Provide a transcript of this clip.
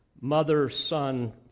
mother-son